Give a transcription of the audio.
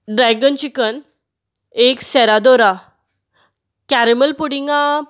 dragon chicken एक सेराडुरा caramel पुडीगा